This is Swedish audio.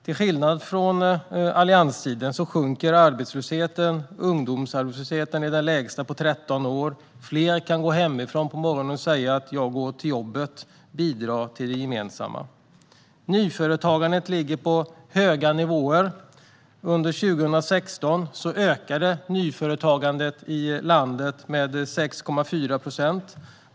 Till skillnad från under allianstiden sjunker arbetslösheten, och ungdomsarbetslösheten är den lägsta på 13 år. Fler kan gå hemifrån på morgonen och säga att de går till jobbet. Fler kan bidra till det gemensamma. Nyföretagandet ligger på höga nivåer. Under 2016 ökade nyföretagandet i landet med 6,4 procent.